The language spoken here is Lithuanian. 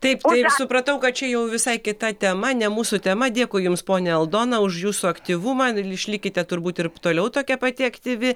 taip ir supratau kad čia jau visai kita tema ne mūsų tema dėkui jums ponia aldona už jūsų aktyvumą išlikite turbūt ir toliau tokia pati aktyvi